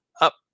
up